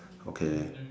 okay